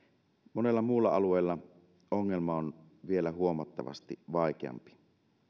monella muulla alueella ongelma on vielä huomattavasti vaikeampi